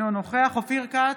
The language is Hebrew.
אינו נוכח אופיר כץ,